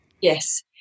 yes